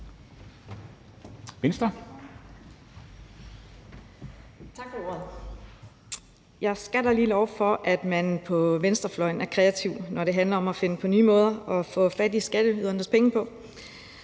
Jeg skal da lige love for, at man på venstrefløjen er kreativ, når det handler om at finde på nye måder at få fat i skatteydernes penge på.